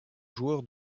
joueur